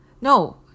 No